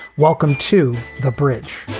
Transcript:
welcome to the bridge